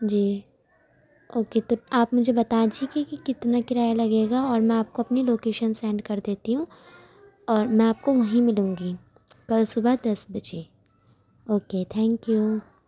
جی okay تو آپ مجھے بتا دیجیے کہ کتنا کرایہ لگے گا اور میں آپ کو اپنی لوکیشن سینڈ کر دیتی ہوں اور میں آپ کو وہیں ملوں گی کل صبح دس بجے اوکے تھینک یو